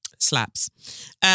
Slaps